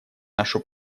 нашу